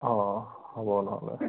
অঁ হ'ব নহ'লে